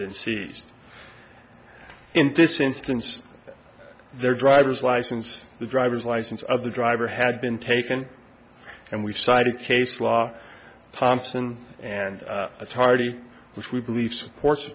been seized in this instance their driver's license the driver's license of the driver had been taken and we've cited case law thompson and a party which we believe supports